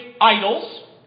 idols